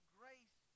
grace